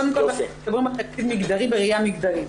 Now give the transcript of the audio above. אז קודם כל מדברים על תקציב מגדרי בראייה מגדרית.